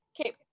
okay